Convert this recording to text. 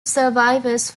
survivors